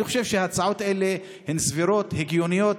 אני חושב שההצעות האלה הן סבירות והגיוניות,